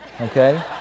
okay